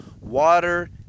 Water